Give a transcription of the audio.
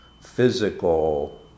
physical